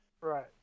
right